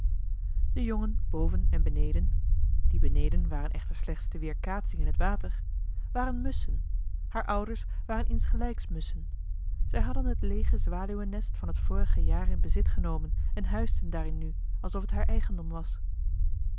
de jongen boven en beneden die beneden waren echter slechts de weerkaatsing in het water waren musschen haar ouders waren insgelijks musschen zij hadden het leege zwaluwennest van het vorige jaar in bezit genomen en huisden daarin nu alsof het haar eigendom was